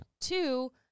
Two